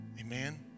Amen